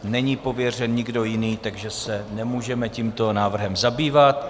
Není pověřen nikdo jiný, takže se nemůžeme tímto návrhem zabývat.